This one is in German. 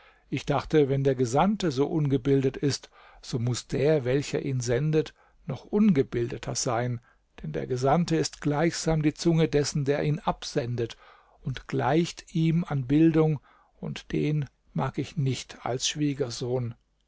ich dachte wenn der gesandte so ungebildet ist so muß der welcher ihn sendet noch ungebildeter sein denn der gesandte ist gleichsam die zunge dessen der ihn absendet und gleicht ihm an bildung und den mag ich nicht als schwiegersohn